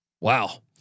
Wow